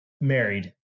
Married